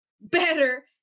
better